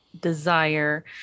desire